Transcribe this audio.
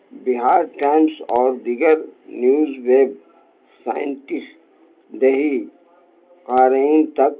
بہار Times اور دیگر news میں سائنٹسٹ دیہی قارئین تک